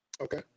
okay